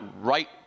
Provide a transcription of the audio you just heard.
right